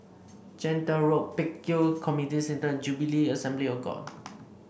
Gentle Road Pek Kio Community Centre Jubilee Assembly of God